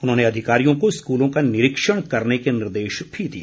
उन्होंने अधिकारियों को स्कूलों का निरीक्षण करने के निर्देश भी दिए